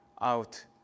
out